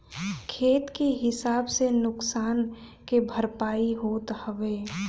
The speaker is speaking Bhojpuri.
खेत के हिसाब से नुकसान के भरपाई होत हवे